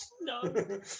No